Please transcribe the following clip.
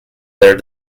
their